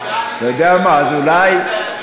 אתה יודע מה, אז אולי,